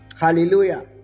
hallelujah